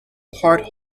part